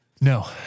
No